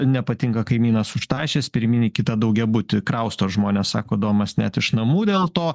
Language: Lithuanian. nepatinka kaimynas už tašės pirmyn į kitą daugiabutį krausto žmonės sako domas net iš namų dėl to